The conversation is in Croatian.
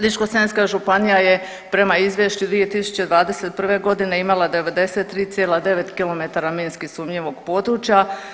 Ličko-senjska županija je prema izvješću 2021. godine imala 93,9 km minski sumnjivog područja.